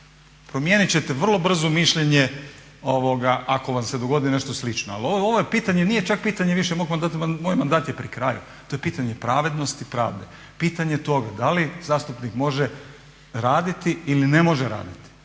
Promijenit ćete vrlo brzo mišljenje ako vam se dogodi nešto slično. Ali ovo je pitanje, nije čak pitanje više mog mandata, moj mandat je pri kraju. To je pitanje pravednosti i pravde, pitanje toga da li zastupnik može raditi ili ne može raditi,